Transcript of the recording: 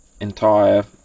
entire